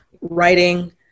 writing